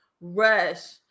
Rush